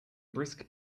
brisk